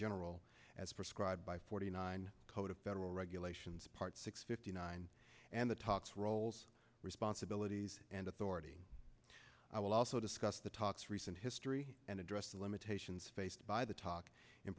general as prescribed by forty nine code of federal regulations part six fifty nine and the talks rolls responsibilities and authority i will also discuss the talks recent history and address the limited patients faced by the talk